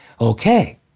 Okay